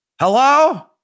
Hello